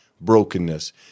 brokenness